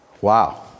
Wow